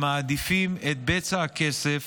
הם מעדיפים את בצע הכסף